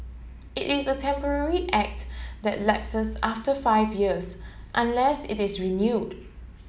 it is a temporary act that lapses after five years unless it is renewed